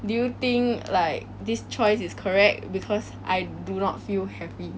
do you think like this choice is correct because I do not feel happy